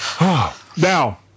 Now